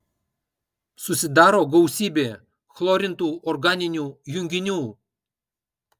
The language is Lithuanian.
susidaro gausybė chlorintų organinių junginių